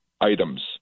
items